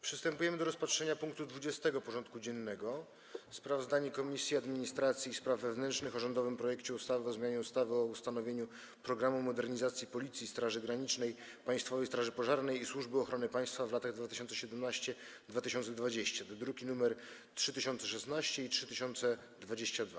Przystępujemy do rozpatrzenia punktu 20. porządku dziennego: Sprawozdanie Komisji Administracji i Spraw Wewnętrznych o rządowym projekcie ustawy o zmianie ustawy o ustanowieniu „Programu modernizacji Policji, Straży Granicznej, Państwowej Straży Pożarnej i Służby Ochrony Państwa w latach 2017-2020” (druki nr 3016 i 3022)